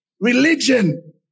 Religion